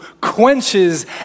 quenches